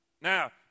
Now